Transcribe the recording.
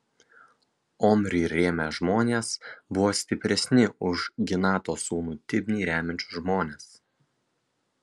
omrį rėmę žmonės buvo stipresni už ginato sūnų tibnį remiančius žmones